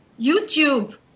YouTube